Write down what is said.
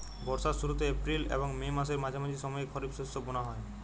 বর্ষার শুরুতে এপ্রিল এবং মে মাসের মাঝামাঝি সময়ে খরিপ শস্য বোনা হয়